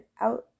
out